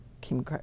Kim